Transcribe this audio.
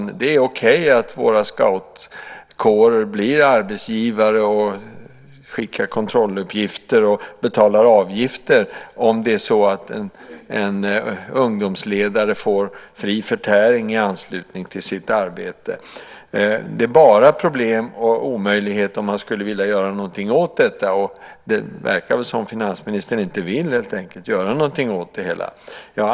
Det är okej att våra scoutkårer blir arbetsgivare, skickar kontrolluppgifter och betalar avgifter om det är så att en ungdomsledare får fri förtäring i anslutning till sitt arbete. Det är bara ett problem och en omöjlighet om man skulle vilja göra någonting åt detta. Det verkar som om finansministern helt enkelt inte vill göra någonting åt det hela.